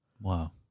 Wow